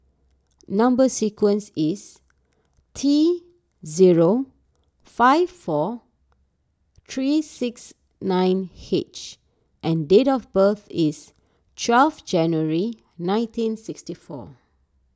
Number Sequence is T zero five four three six nine H and date of birth is twelve January nineteen sixty four